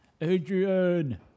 Adrian